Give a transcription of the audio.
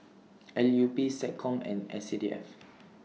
L U P Seccom and S C D F